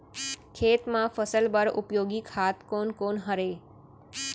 खेत म फसल बर उपयोगी खाद कोन कोन हरय?